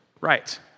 Right